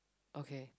okay